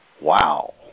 Wow